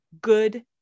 good